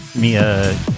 Mia